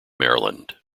maryland